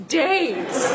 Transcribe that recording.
days